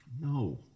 No